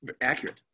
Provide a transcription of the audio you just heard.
Accurate